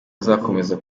azakomeza